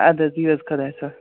اَدٕ حظ بِہو حظ خۄدایس حوالہٕ